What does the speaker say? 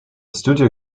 studio